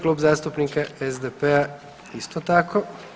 Klub zastupnika SDP-a isto tako.